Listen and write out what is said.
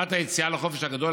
לקראת היציאה לחופש הגדול,